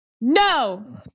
No